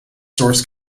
source